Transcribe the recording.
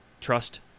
trust